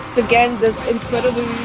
again this incredibly